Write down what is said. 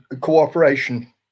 cooperation